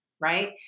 right